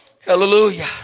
Hallelujah